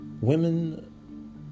Women